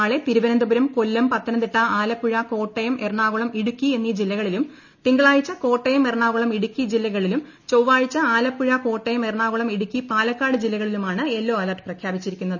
നാളെ തിരുവനന്തപുരം കൊല്ലം പത്തനംതിട്ട ആലപ്പുഴ കോട്ടയം എറണാകുളം ഇടുക്കി എന്നീ ജില്ലകളിലും തിങ്കളാഴ്ച കോട്ടയം എറണാകുളം ഇടുക്കി ജില്ലകളിലും ചൊവ്വാഴ്ച ആലപ്പുഴ കോട്ടയം എറണാകുളം ഇടുക്കി പാലക്കാട് ജില്ലകളിലുമാണ് യെല്ലോ അലർട്ട് പ്രഖ്യാപിച്ചിരിക്കുന്നത്